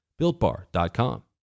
builtbar.com